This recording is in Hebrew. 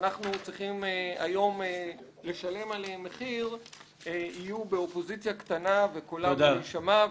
שאנחנו צריכים היום לשלם עליהם מחיר יהיו באופוזיציה קטנה שקולה לא ישמע,